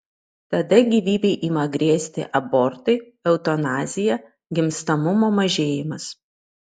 tada gyvybei ima grėsti abortai eutanazija gimstamumo mažėjimas